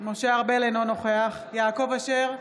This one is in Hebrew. אינו נוכח יעקב אשר,